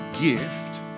gift